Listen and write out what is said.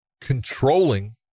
controlling